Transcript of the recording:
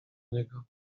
niego